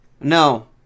No